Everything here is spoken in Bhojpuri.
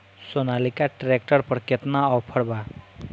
सोनालीका ट्रैक्टर पर केतना ऑफर बा?